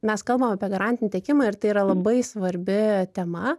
mes kalbam apie garantinį tiekimą ir tai yra labai svarbi tema